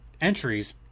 entries